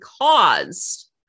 caused